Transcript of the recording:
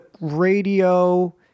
radio